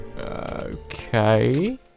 Okay